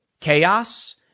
chaos